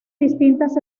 distintas